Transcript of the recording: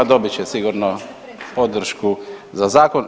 Dobit će sigurno podršku za zakon.